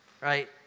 Right